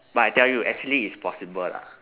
but I tell you actually it's possible lah